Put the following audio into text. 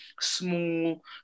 small